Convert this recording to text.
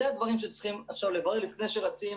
אלה דברים שצריכים לברר עכשיו לפני שרצים,